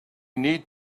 need